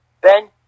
Ben